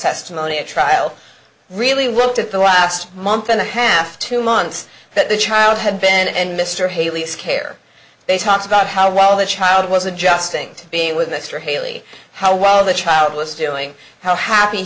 testimony at trial really worked at the last month and a half two months that the child had been and mr haley scare they talked about how well the child was adjusting to being with mr haley how well the child was doing how happy